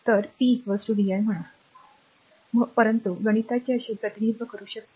तर p vi म्हणा t परंतु गणिताचे असे प्रतिनिधित्व करू शकते